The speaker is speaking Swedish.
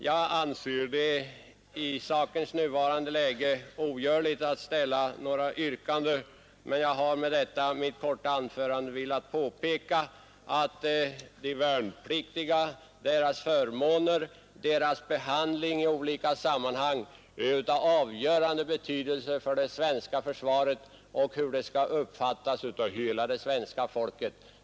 Jag anser det i sakens nuvarande läge ogörligt att ställa några yrkanden, men jag har med detta korta anförande velat påpeka att de värnpliktigas förmåner och behandling i olika sammanhang har avgörande betydelse för det svenska försvaret och för hela svenska folkets uppfattning av detta.